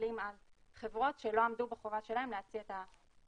שקלים על חברות שלא עמדו בחובה שלהן להציע באופן אקטיבי.